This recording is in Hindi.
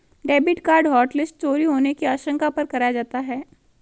डेबिट कार्ड हॉटलिस्ट चोरी होने की आशंका पर कराया जाता है